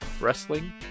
wrestling